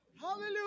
Hallelujah